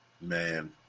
Man